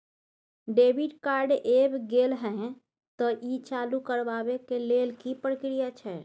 Debit card ऐब गेल हैं त ई चालू करबा के लेल की प्रक्रिया छै?